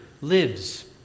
lives